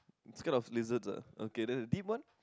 you scared of lizards ah okay then the deep one